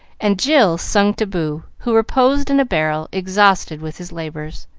and jill sung to boo, who reposed in a barrel, exhausted with his labors.